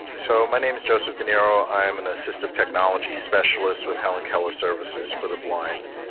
so my name is joseph dinero. i am an assistive technology specialist with helen keller services for the blind.